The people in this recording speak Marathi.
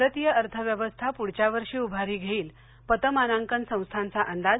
भारतीय अर्थव्यवस्था पुढच्या वर्षी उभारी घेईल पत मानांकन संस्थांचा अंदाज